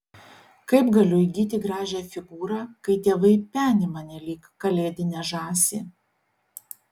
kaip galiu įgyti gražią figūrą kai tėvai peni mane lyg kalėdinę žąsį